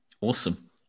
Awesome